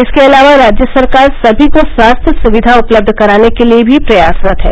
इसके अलावा राज्य सरकार सभी को स्वास्थ्य सुविधा उपलब्ध कराने के लिये भी प्रयासरत है